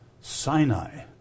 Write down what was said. Sinai